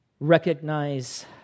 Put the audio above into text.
Recognize